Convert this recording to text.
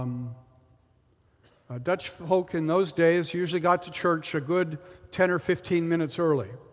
um dutch folk in those days usually got to church a good ten or fifteen minutes early.